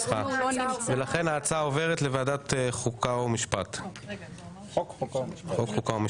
ולכן ההצעה עוברת לוועדת החוקה, חוק ומשפט.